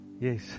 Yes